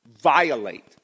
violate